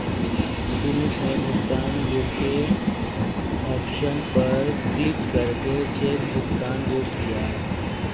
सुमित ने भुगतान रोके ऑप्शन पर क्लिक करके चेक भुगतान रोक दिया